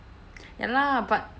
ya lah but